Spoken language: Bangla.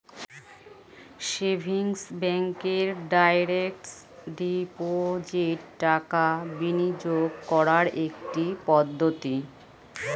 সেভিংস ব্যাঙ্কে ডাইরেক্ট ডিপোজিট টাকা বিনিয়োগ করার একটি পদ্ধতি